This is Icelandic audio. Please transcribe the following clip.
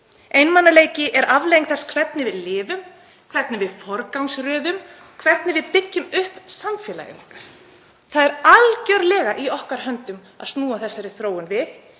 Einmanaleiki er afleiðing þess hvernig við lifum, hvernig við forgangsröðum, hvernig við byggjum upp samfélag okkar. Það er algerlega í okkar höndum að snúa þessari þróun við